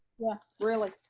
yeah, really,